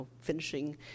finishing